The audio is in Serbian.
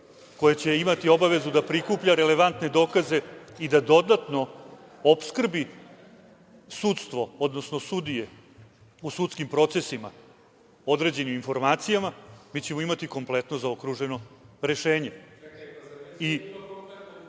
koje će imati obavezu da prikuplja relevantne dokaze i da dodatno opskrbi sudstvo, odnosno sudije, u sudskim procesima, određenim informacijama, mi ćemo imati kompletno zaokruženo rešenje. Suštinska stvar je, dakle, da na